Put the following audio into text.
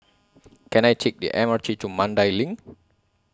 Can I Take The M R T to Mandai LINK